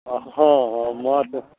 आ हँ हँ माछ